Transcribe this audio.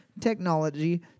technology